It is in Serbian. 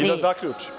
I da zaključim.